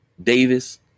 davis